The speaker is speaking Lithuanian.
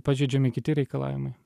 pažeidžiami kiti reikalavimai